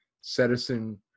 citizen